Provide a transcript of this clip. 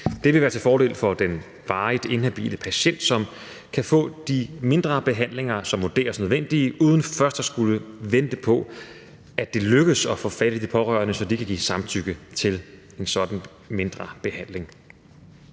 Det vil være til fordel for den varigt inhabile patient, som kan få de mindre behandlinger, som vurderes nødvendige, uden først at skulle vente på, at det lykkes at få fat i de pårørende, så de kan give samtykke til en sådan mindre behandling.